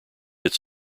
its